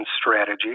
strategy